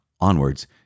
onwards